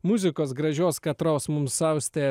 muzikos gražios katros mums austė